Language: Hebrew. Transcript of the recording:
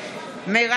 לממשלה שהיא שמנה,